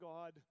God